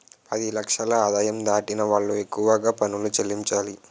పది లక్షల ఆదాయం దాటిన వాళ్లు ఎక్కువగా పనులు చెల్లించాలి